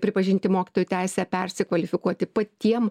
pripažinti mokytojų teisę persikvalifikuoti patiem